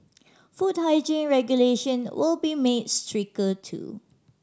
food hygiene regulation will be made stricter too